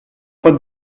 for